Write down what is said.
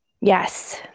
Yes